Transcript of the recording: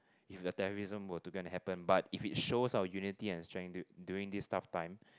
if the terrorism were to go and happen but if we shows our unity and strength during this tough time